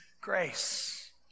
grace